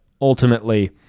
ultimately